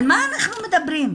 על מה אנחנו מדברים?